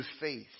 faith